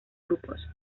grupos